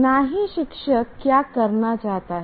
न ही शिक्षक क्या करना चाहता है